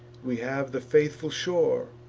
we have the faithful shore.